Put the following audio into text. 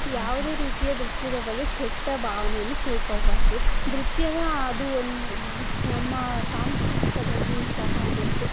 ಯಾವುದೇ ರೀತಿಯ ನೃತ್ಯದ ಬಗ್ಗೆ ಕೆಟ್ಟ ಭಾವನೆಯನ್ನು ತಿಳ್ಕೋಬಾರದು ನೃತ್ಯದ ಅದು ಒಂದು ನಮ್ಮ ಸಾಂಸ್ಕೃತಿಕದಲ್ಲಿ ಸಹ ಮತ್ತು